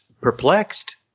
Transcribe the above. perplexed